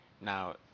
Now